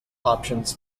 options